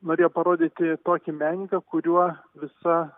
norėjo parodyti tokį menininką kuriuo visa